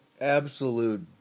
absolute